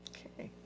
okay.